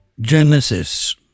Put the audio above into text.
Genesis